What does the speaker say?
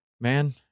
man